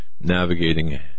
navigating